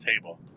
table